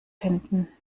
finden